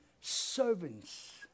servants